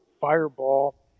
fireball